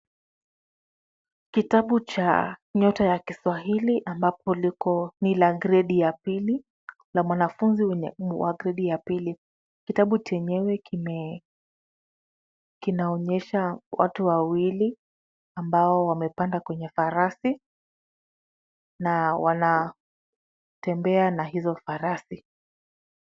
Kitabu cha nyota ya kiswahili ambapo liko ni la gredi ya pili na mwanafunzi ni wa gredi la pili. Kitabu chenyewe kinaonyesha watu wawili ambao wamepanda kwenye farasi na wanatembea na hizo farasi.